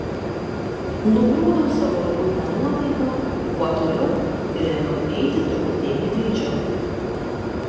nugrūdau savo liūdną nuotaiką kuo toliau ir ėmiau eiti truputėlį greičiau